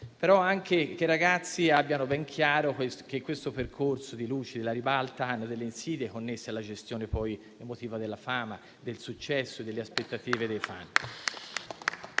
importante che i ragazzi abbiano ben chiaro che il percorso di luci della ribalta ha delle insidie connesse alla gestione emotiva della fama, del successo e delle aspettative dei *fan*.